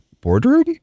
boardroom